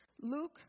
Luke